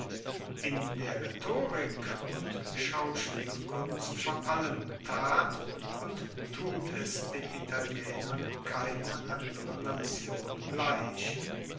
in der rhetorik und schauspielkunst vor allem tat und tut es den italienern keine andere nation gleich